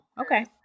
okay